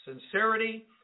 sincerity